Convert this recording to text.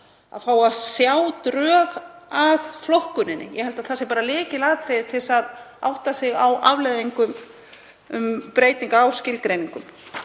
að fá að sjá drög að flokkuninni. Ég held að það sé lykilatriði til að átta sig á afleiðingum breytinga á skilgreiningum.